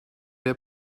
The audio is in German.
der